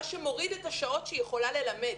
מה שמוריד את השעות שהיא יכולה ללמד.